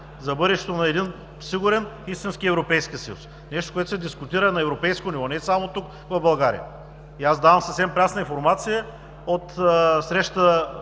за бъдещето на един сигурен, истински Европейски съюз – нещо, което се дискутира на европейско ниво, а не само тук в България. Аз давам съвсем прясна информация от срещата